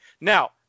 Now